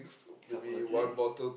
couple of drink